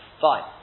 Fine